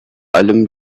allem